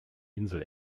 insel